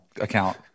account